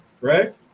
right